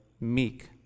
meek